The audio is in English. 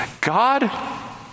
God